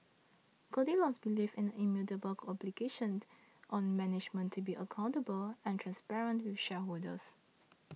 goldilocks believes in the immutable obligation on management to be accountable and transparent with shareholders